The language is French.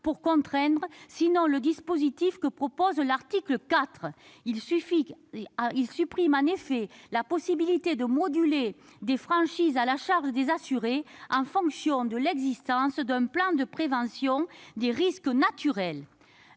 pour les contraindre, sinon le dispositif que propose l'article 4. Il supprime en effet la possibilité de moduler des franchises à la charge des assurés en fonction de l'existence d'un plan de prévention des risques naturels.